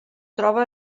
troba